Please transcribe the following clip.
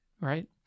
Right